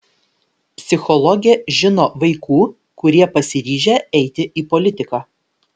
psichologė žino vaikų kurie pasiryžę eiti į politiką